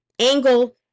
angle